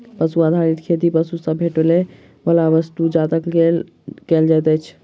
पशु आधारित खेती पशु सॅ भेटैयबला वस्तु जातक लेल कयल जाइत अछि